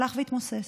הלך והתמוסס.